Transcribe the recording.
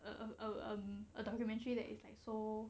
uh uh um a documentary that is like so